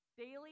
Daily